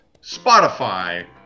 Spotify